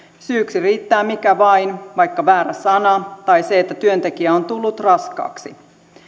syyksi riittää mikä vain vaikka väärä sana tai se että työntekijä on tullut raskaaksi